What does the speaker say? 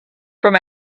from